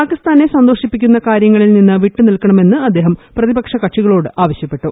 പാകിസ്ഥാനെ സന്തോഷിപ്പിക്കുന്ന കാര്യങ്ങളിൽ നിന്ന് വിട്ടുനിൽക്കണമെന്ന് അദ്ദേഹം പ്രതിപക്ഷ കക്ഷികളോട് ആവശ്യപ്പെട്ടു